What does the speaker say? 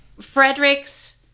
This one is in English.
Frederick's